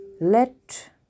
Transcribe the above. Let